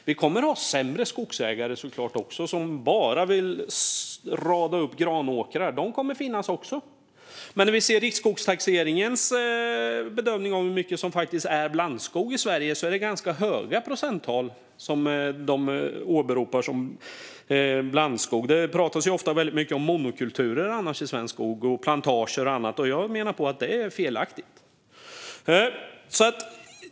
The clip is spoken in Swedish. Det kommer såklart också att finnas sämre skogsägare, som bara vill rada upp granåkrar. Men enligt Riksskogstaxeringens bedömning av hur mycket som faktiskt är blandskog i Sverige är det ganska höga procenttal som är blandskog. Det pratas annars väldigt mycket om monokulturer i svensk skog, och om plantager och annat, och jag menar att det är felaktigt.